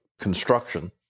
construction